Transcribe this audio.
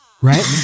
right